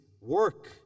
work